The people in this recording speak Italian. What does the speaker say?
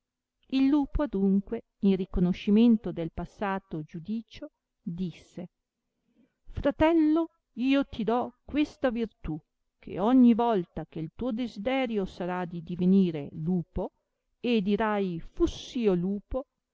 il lupo adunque in riconoscimento del passato giudicio disse fratello io ti do questa virtù che ogni volta che tuo desiderio sarà di divenire lupo e dirai fuss io lupo